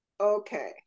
Okay